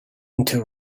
until